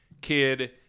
kid